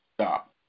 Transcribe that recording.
stop